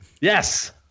Yes